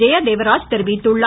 ஜெயதேவராஜ் தெரிவித்துள்ளார்